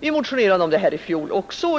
Vi motionerade om detta i fjol också.